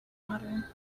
water